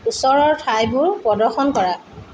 ওচৰৰ ঠাইবোৰৰ প্ৰদৰ্শন কৰা